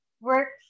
works